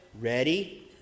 ready